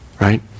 right